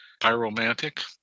pyromantic